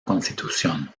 constitución